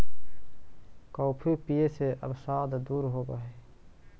coffee पीये से अवसाद दूर होब हई